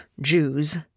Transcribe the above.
Jews